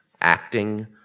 acting